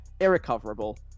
irrecoverable